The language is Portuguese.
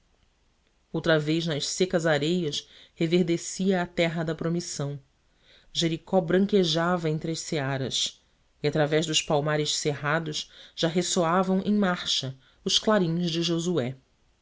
outra vez nas secas areias reverdecia a terra da promissão jericó branquejava entre as searas e através dos palmares cerrados já ressoavam em marcha os clarins de josué